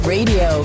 Radio